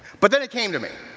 but then it came to me.